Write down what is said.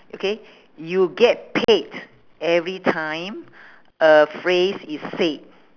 okay you get paid every time a phrase is said